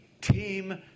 team